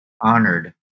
honored